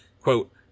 quote